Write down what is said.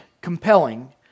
compelling